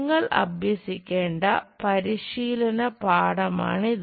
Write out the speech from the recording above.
നിങ്ങൾ അഭ്യസിക്കേണ്ട പരിശീലനപാഠമാണിത്